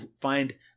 find